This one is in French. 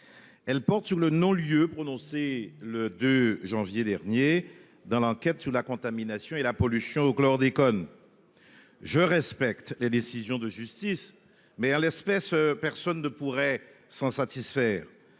Elle porte sur le non-lieu prononcé le 2 janvier dernier dans l'enquête sur la contamination et la pollution au chlordécone. Je respecte les décisions de justice mais à l'espèce personne ne pourraient s'en satisfaire.